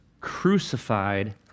crucified